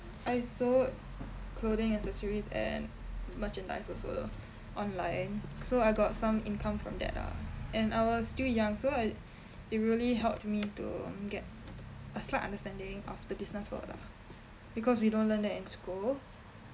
I sold clothing accessories and merchandise also online so I got some income from that ah and I was still young so I it really helped me to get a slight understanding of the business world lah because we don't learn that in school